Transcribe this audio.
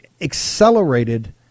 accelerated